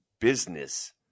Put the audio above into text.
business